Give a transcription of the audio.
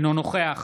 אינו נוכח